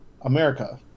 America